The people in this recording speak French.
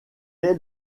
est